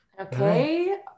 Okay